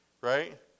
Right